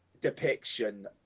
depiction